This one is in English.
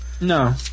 No